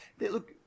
Look